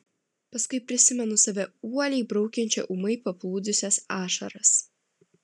paskui prisimenu save uoliai braukiančią ūmai paplūdusias ašaras